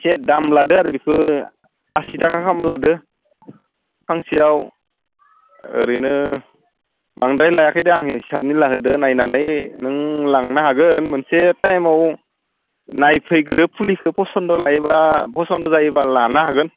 एसे दाम लादो आरो बेखो आसि थाखा गाहाम लादो फांसेयाव ओरैनो बांद्राय लायाखै दे आं हिसाबनि लादो नायनानै नों लांनो हागोन मोनसे टाइमआव नायफैग्रो फुलिखो पसन्द लायोब्ला पसन्द जायोब्ला लानो हागोन